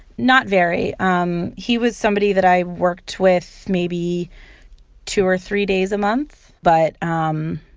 not very um he was somebody that i worked with maybe two or three days a month. but um